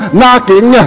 knocking